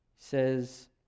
says